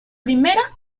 primera